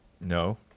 No